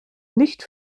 nicht